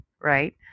Right